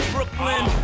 Brooklyn